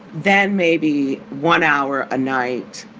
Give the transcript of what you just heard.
then maybe one hour a night,